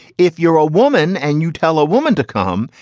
if you're a woman and you tell a woman to come,